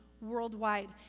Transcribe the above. worldwide